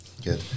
Good